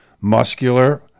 muscular